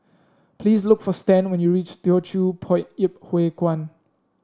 please look for Stan when you reach Teochew Poit Ip Huay Kuan